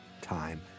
time